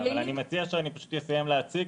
------ אני מציע שאסיים להציג.